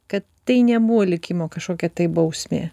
kad tai nebuvo likimo kašokia tai bausmė